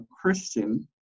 Christian